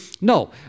No